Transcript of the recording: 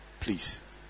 Please